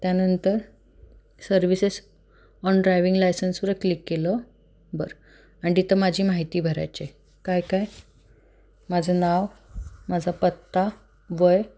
त्यानंतर services on driving लायसन्सवर click केलं बरं आणि तिथं माझी माहिती भरायची आहे काय काय माझं नाव माझा पत्ता वय